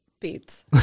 Beats